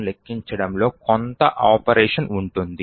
ను లెక్కించడంలో కొంత ఆపరేషన్ ఉంటుంది